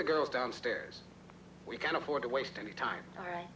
the girls downstairs we can't afford to waste any time all right